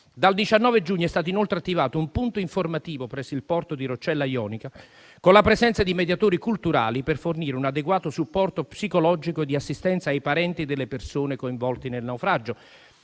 Dal 19 giugno è stato inoltre attivato un punto informativo presso il porto di Roccella Ionica, con la presenza di mediatori culturali, per fornire un adeguato supporto psicologico e di assistenza ai parenti delle persone coinvolte nel naufragio.